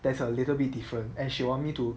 that's a little bit different and she want me to